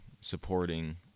supporting